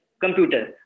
computer